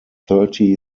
thirty